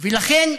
ולכן,